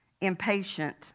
impatient